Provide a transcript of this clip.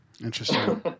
Interesting